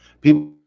people